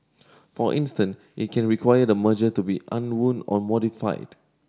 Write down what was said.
for instance it can require the merger to be unwound or modified